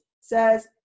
says